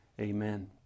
Amen